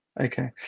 Okay